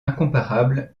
incomparable